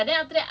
ya but